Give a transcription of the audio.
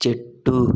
చెట్టు